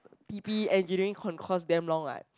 T_P Engineering concourse damn long right